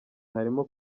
harimo